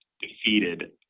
defeated